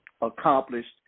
accomplished